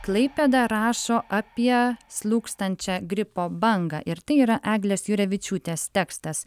klaipėda rašo apie slūgstančią gripo bangą ir tai yra eglės jurevičiūtės tekstas